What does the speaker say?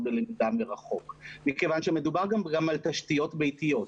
בלמידה מרחוק מכיוון שמדובר גם על תשתיות ביתיות.